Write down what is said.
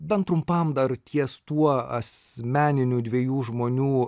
bent trumpam dar ties tuo asmeniniu dviejų žmonių